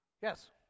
Yes